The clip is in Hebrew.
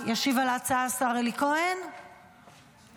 ישיב על ההצעה השר אלי כהן, בבקשה.